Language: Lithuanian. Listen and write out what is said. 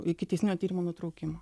ikiteisminio tyrimo nutraukimo